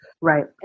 Right